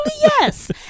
yes